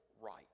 right